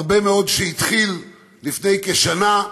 הרבה מאוד, שהתחיל לפני כשנה.